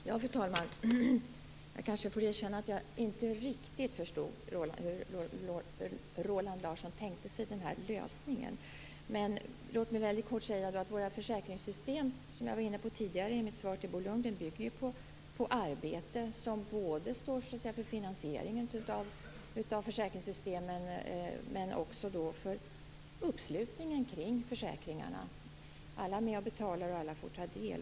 Fru talman! Jag kanske får erkänna att jag inte riktigt förstod hur Roland Larsson tänkte sig den här lösningen. Låt mig bara kort säga att våra försäkringssystem, såsom jag var inne på tidigare i mitt svar till Bo Lundgren, ju bygger på arbete. Arbete står både för finansieringen av försäkringssystemen och också för uppslutningen kring försäkringarna. Alla är med och betalar och alla får ta del.